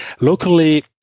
Locally